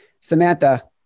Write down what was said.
Samantha